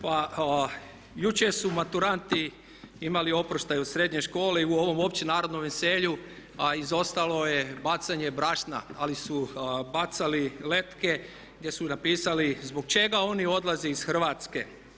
Pa jučer su maturanti imali oproštaj od srednje škole i u ovom općenarodnom veselju izostalo je bacanje brašna, ali su bacali letke gdje su napisali zbog čega oni odlaze iz Hrvatske.